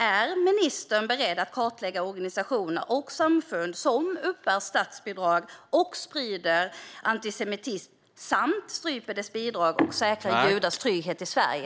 Är ministern beredd att kartlägga organisationer och samfund som uppbär statsbidrag och sprider antisemitism samt strypa deras bidrag och säkra judars trygghet i Sverige?